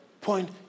point